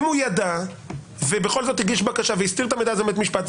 אם הוא ידע ובכל זאת הגיש בקשה והסתיר את המידע הזה מבית משפט,